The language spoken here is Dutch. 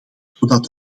zodat